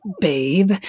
babe